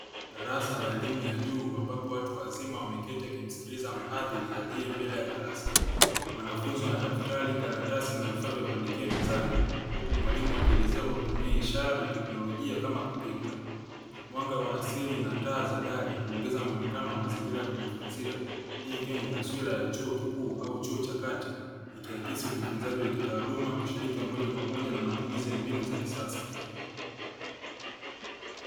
Darasa la elimu ya juu ambapo watu wazima wameketi wakimsikiliza mhadhiri aliye mbele ya darasa wanafunzi wana daftari, karatasi na vifaa vya kuandikia mezani, huku mwalimu akielezea kwa kutumia ishara na teknolojia kama projekita mwanga wa asili na taa za darii kuongeza mwonekano wa mazingira ya kujifunzia . Hii ikiwa ni taswira ya chuo kikuu au chuo cha kati ikihakisi ujifunzaji wa kitaaluma ushiriki wa moja kwa moja na matumizi ya mbinu za kisasa.